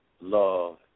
Love